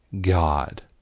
God